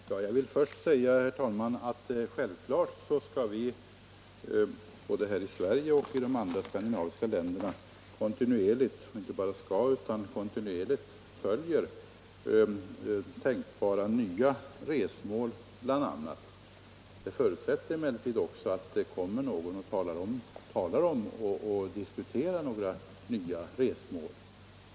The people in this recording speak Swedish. Herr talman! Jag vill först säga, herr Danell, att självfallet kommer vi både här i Sverige och i de övriga skandinaviska länderna att framdeles, liksom vi gör f. n., följa vad som händer i fråga om tänkbara nya resmål. Det förutsätter emellertid att det kommer någon och vill diskutera nya resmål.